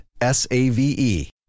S-A-V-E